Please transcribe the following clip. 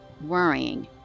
worrying